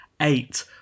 eight